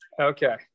Okay